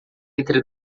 entre